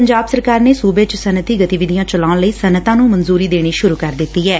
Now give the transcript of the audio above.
ਪੰਜਾਬ ਸਰਕਾਰ ਨੇ ਸੂਬੇ ਚ ਸੱਨਅਤੀ ਗਤੀਵਿਧੀਆਂ ਚਲਾਊਣ ਲਈ ਸੱਨਅਤਾਂ ਨੂੰ ਮਨਜੂਰੀ ਦੇਣੀ ਸੂਰੂ ਕਰ ਦਿੱਡੀ ਐ